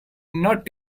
not